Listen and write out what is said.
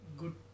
good